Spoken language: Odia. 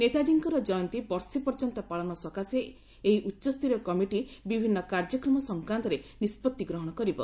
ନେତାକୀଙ୍କର କୟନ୍ତୀ ବର୍ଷେ ପର୍ଯ୍ୟନ୍ତ ପାଳନ ସକାଶେ ଏହି ଉଚ୍ଚସ୍ତରୀୟ କମିଟି ବିଭିନ୍ କାର୍ଯ୍ୟକ୍ରମ ସଂକ୍ରାନ୍ତରେ ନିଷ୍ବଉି ଗ୍ରହଶ କରିବ